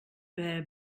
bear